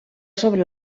sobre